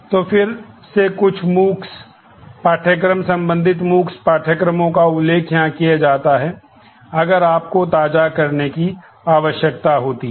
तो फिर से कुछ MOOCs पाठ्यक्रम संबंधित MOOCs पाठ्यक्रमों का उल्लेख यहाँ किया जाता है अगर आपको ताजा करने की आवश्यकता होती है